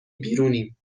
بیرونیم